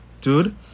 dude